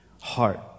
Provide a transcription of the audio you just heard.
heart